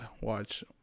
watch